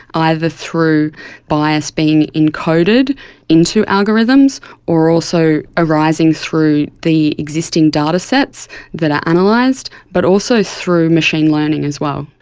either through bias being encoded into algorithms or also arising through the existing datasets that are analysed, but also through machine learning as well.